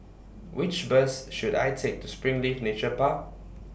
Which Bus should I Take to Springleaf Nature Park